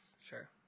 Sure